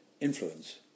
influence